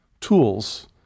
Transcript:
tools